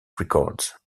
records